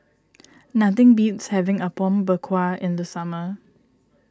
nothing beats having Apom Berkuah in the summer